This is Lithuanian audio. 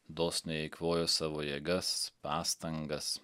dosniai eikvojo savo jėgas pastangas